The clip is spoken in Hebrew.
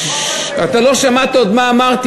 אתה עוד לא שמעת מה אמרתי,